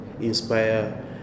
inspire